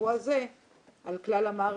בשבוע הזה על כלל המערכת.